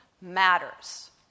matters